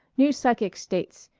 new psychic states,